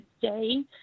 today